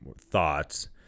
thoughts